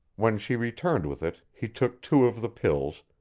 when she returned with it, he took two of the pills,